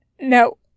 No